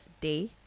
Day